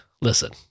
listen